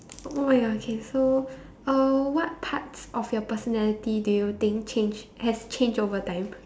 oh-my-God okay so uh what parts of your personality do you think changed has changed over time